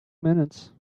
minutes